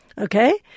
Okay